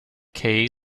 kay